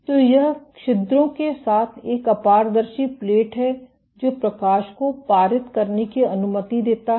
तो यह छिद्रों के साथ एक अपारदर्शी प्लेट है जो प्रकाश को पारित करने की अनुमति देता है